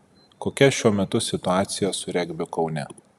kokia šiuo metu situacija su regbiu kaune